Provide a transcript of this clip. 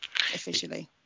Officially